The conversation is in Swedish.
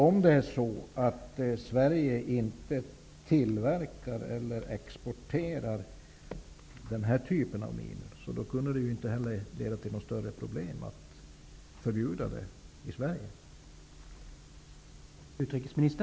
Om Sverige inte tillverkar eller exporterar den typen av minor, kan det väl inte heller innebära några större problem att förbjuda dem i Sverige?